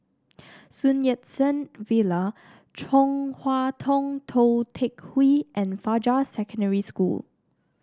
Sun Yat Sen Villa Chong Hua Tong Tou Teck Hwee and Fajar Secondary School